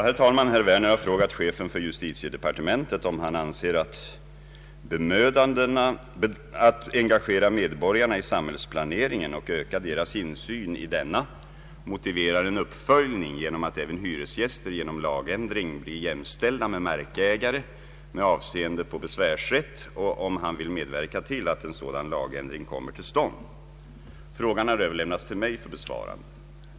Herr talman! Herr Werner har frågat chefen för justitiedepartementet om han anser att bemödandena att engagera medborgarna i samhällsplaneringen och öka deras insyn i denna motiverar en uppföljning genom att även hyresgäster genom lagändring blir jämställ da med markägare med avseende på besvärsrätt och om han vill medverka till att en sådan lagändring kommer till stånd. Frågan har överlämnats till mig för besvarande.